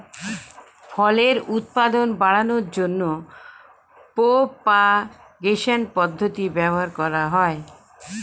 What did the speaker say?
ফলের উৎপাদন বাড়ানোর জন্য প্রোপাগেশন পদ্ধতি ব্যবহার করা হয়